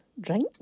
drink